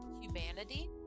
humanity